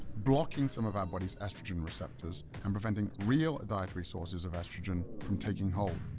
blocking some of our bodies' estrogen receptors and preventing real dietary sources of estrogen from taking hold.